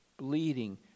bleeding